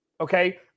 okay